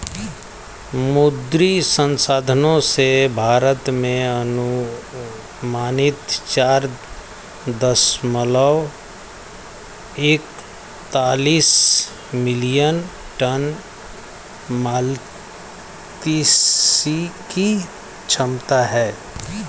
मुद्री संसाधनों से, भारत में अनुमानित चार दशमलव एकतालिश मिलियन टन मात्स्यिकी क्षमता है